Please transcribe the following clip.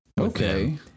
Okay